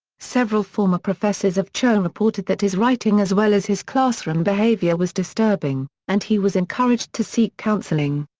several former professors of cho reported that his writing as well as his classroom behavior was disturbing, and he was encouraged to seek counseling.